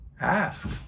Ask